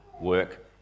work